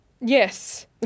yes